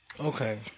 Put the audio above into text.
Okay